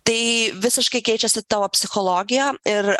tai visiškai keičiasi tavo psichologija ir